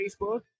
Facebook